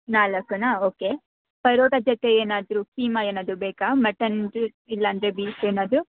ನಾಲ್ಕುನಾ okay parotta ಜೊತೆ ಏನಾದರು ಕೀಮಾ ಏನಾದರು ಬೇಕಾ ಮಟನ್ ಕೀ ಇಲ್ಲಾಂದರೆ ಬೀಫ್ ಏನಾದರು